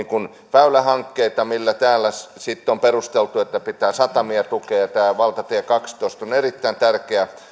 väylähankkeita väylähankkeilla on täällä sitten perusteltu että pitää satamia tukea tämä valtatie kaksitoista on on erittäin tärkeä